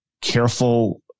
careful